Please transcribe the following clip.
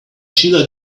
shiela